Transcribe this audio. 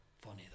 funny